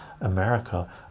America